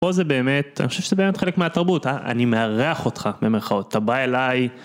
פה זה באמת, אני חושב שזה באמת חלק מהתרבות, אני מארח אותך במירכאות, אתה בא אליי.